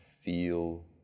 feel